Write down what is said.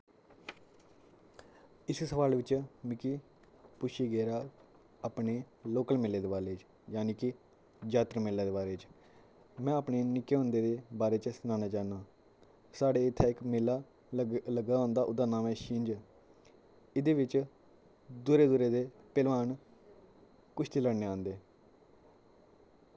इस सवाल विच मिकी पुच्छेआ गेदा अपने लोकल मेल्ले दे बारे च यानि कि जात्तर मेल्ले दे बारे च में अपने निक्के होंदे दे बारे च सनाना चाह्नां साढ़े इत्थै इक् मेल्ल लग्गे लग्गे दा होंदा ओह्दा नाम ऐ छिंज एह्दे विच दूरे दूरे दे पैह्लवान कुश्ती लड़ने आंदे